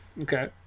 Okay